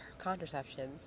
contraceptions